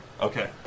Okay